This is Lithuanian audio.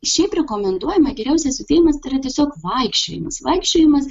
šiaip rekomenduojame geriausias judėjimas tai yra tiesiog vaikščiojimas vaikščiojimas